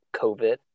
COVID